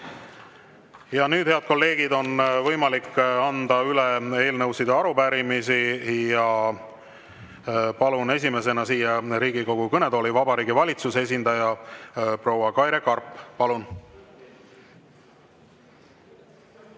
Nüüd, head kolleegid, on võimalik anda üle eelnõusid ja arupärimisi. Palun esimesena siia Riigikogu kõnetooli Vabariigi Valitsuse esindaja proua Kaire Karbi. Palun!